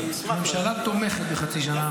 אני אשמח --- הממשלה תומכת בחצי שנה.